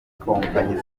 kompanyi